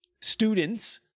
students